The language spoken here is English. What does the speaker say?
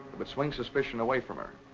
but swing suspicions away from her.